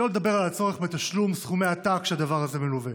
שלא לדבר על הצורך בתשלום סכומי עתק שהדבר הזה מלֻווה.